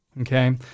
Okay